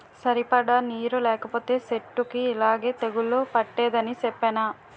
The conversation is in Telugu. సరిపడా నీరు లేకపోతే సెట్టుకి యిలాగే తెగులు పట్టేద్దని సెప్పేనా?